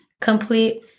complete